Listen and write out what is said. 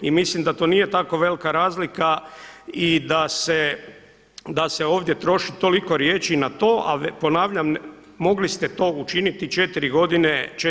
I mislim da to nije tako velika razlika i da se ovdje troši toliko riječi na to, a ponavljam, mogli ste to učiniti 4 godine.